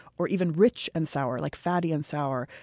or even rich and sour like fatty and sour.